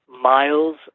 miles